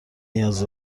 نیاز